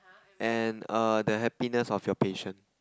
and err the happiness of your patient